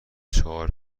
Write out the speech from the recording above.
چهار